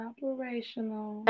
Operational